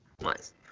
nice